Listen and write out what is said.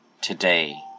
today